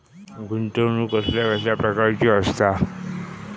गुंतवणूक कसल्या कसल्या प्रकाराची असता?